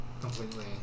completely